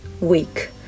week